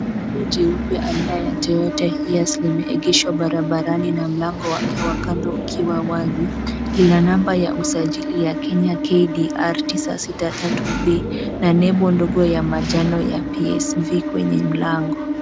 Gari jeupe aina ya Toyota Hiace limeegeshwa barabarani na mlango wake wa kando ukiwa wazi. Lina namba ya usajili ya Kenya, KDR 963V na nembo ndogo ya manjano ya PSV kwenye mlango.